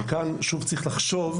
כאן שוב צריך לחשוב,